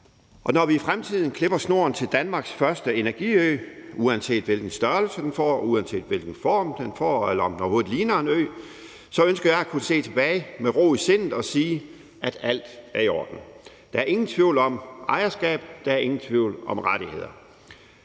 Når vi i fremtiden klipper snoren til Danmarks første energiø, uanset hvilken størrelse den får, uanset hvilken form den får, og uanset om den overhovedet ligner en ø, så ønsker jeg at kunne se tilbage med ro i sindet og sige: Alt er i orden; der er ingen tvivl om ejerskabet, og der er ingen tvivl om rettighederne.